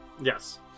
Yes